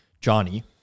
Johnny